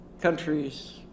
countries